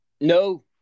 No